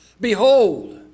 Behold